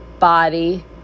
body